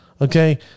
Okay